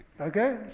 Okay